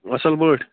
اَصٕل پٲٹھۍ